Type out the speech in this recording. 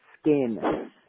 Skin